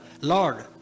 Lord